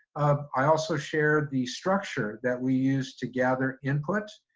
i also shared the structure that we used to gather input.